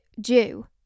due